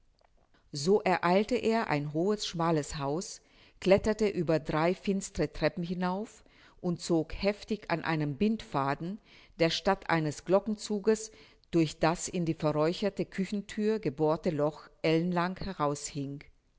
so ereilte er ein hohes schmales haus kletterte über drei finstere treppen hinauf und zog heftig an einem bindfaden der statt eines glockenzuges durch das in die verräucherte küchenthür gebohrte loch ellenlang